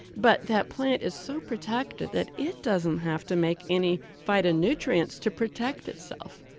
but that plant is so protected that it doesn't have to make any phytonutrients to protect itself.